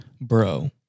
Bro